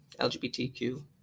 LGBTQ